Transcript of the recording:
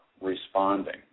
responding